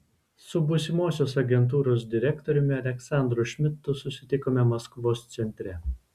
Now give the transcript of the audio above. su būsimosios agentūros direktoriumi aleksandru šmidtu susitikome maskvos centre